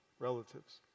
Relatives